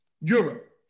Europe